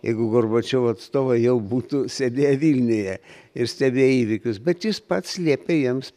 jeigu gorbačiovo atstovai jau būtų sėdėję vilniuje ir stebėję įvykius bet jis pats liepė jiems